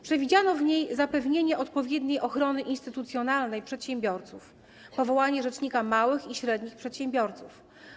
Przewidziano w niej zapewnienie odpowiedniej ochrony instytucjonalnej przedsiębiorców, powołanie rzecznika małych i średnich przedsiębiorców.